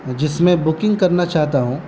جس میں بکنگ کرنا چاہتا ہوں